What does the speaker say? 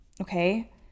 okay